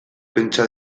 pentsa